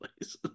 place